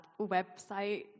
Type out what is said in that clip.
website